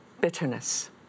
bitterness